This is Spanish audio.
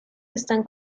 están